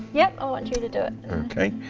yep, i want you to do it. okay.